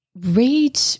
read